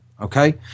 Okay